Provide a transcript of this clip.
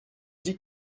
dit